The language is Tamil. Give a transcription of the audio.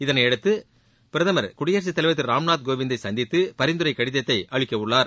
இதனையடுத்து பிரதமர் குடியரசுத் தலைவர் திரு ராம்நாத் கோவிந்தை சந்தித்து பரிந்துரை கடிதத்தை அளிக்கவுள்ளார்